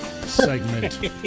segment